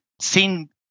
seen